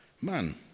Man